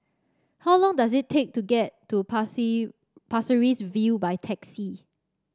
how long does it take to get to Pasir Ris View by taxi